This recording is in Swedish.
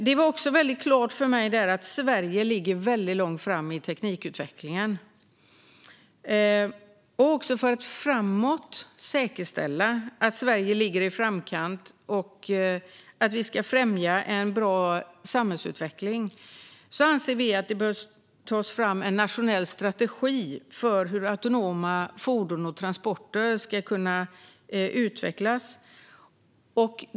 Det blev tydligt för mig att Sverige ligger väldigt långt fram i teknikutvecklingen. För att säkerställa att Sverige ligger i framkant också framöver och för att främja en bra samhällsutveckling anser Liberalerna att det bör tas fram en nationell strategi för hur autonoma fordon och transporter ska kunna utvecklas.